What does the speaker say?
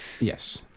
yes